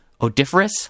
odiferous